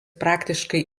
praktiškai